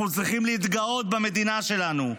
אנחנו צריכים להתגאות במדינה שלנו.